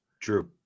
True